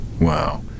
Wow